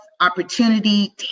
opportunity